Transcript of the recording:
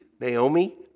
Naomi